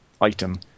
item